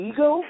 Ego